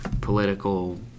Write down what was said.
political